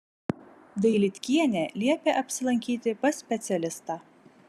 dailydkienė liepė apsilankyti pas specialistą